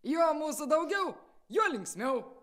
juo mūsų daugiau juo linksmiau